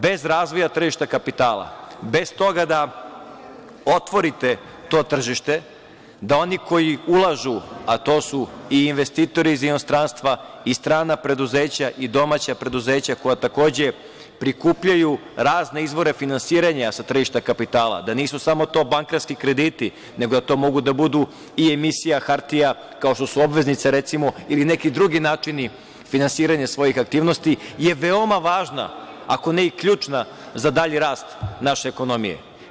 Bez razvoja tržišta kapitala, bez toga da otvorite to tržište, da oni koji ulažu, a to su i investitori iz inostranstva i strana preduzeća i domaća preduzeća koja, takođe, prikupljaju razne izvore finansiranja sa tržišta kapitala, da nisu samo to bankarski krediti, nego da to mogu da budu i emisija hartija, kao što su obveznice, recimo, ili neki drugi načini finansiranja svojih aktivnosti je veoma važna, ako ne i ključna za dalji rast naše ekonomije.